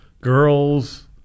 Girls